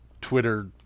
Twitter